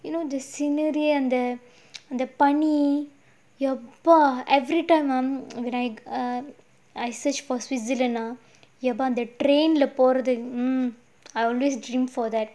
you know the scenery அந்த அந்த பணி எப்ப:andha andha pani eppa every time um when I err I search for switzerland ah எப்ப:eppa the train leh போறது:porathu I always dream for that